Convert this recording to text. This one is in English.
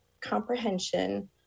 comprehension